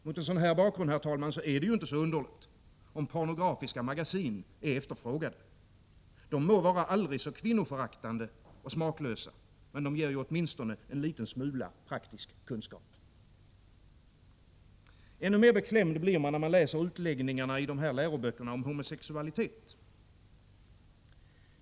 Mot en sådan bakgrund, herr talman, är det inte så underligt om pornografiska magasin är efterfrågade. De må vara aldrig så kvinnoföraktande och smaklösa, med de ger åtminstone en liten smula praktisk kunskap. Än mer beklämd blir man när man läser utläggningarna i dessa läroböcker om homosexualitet.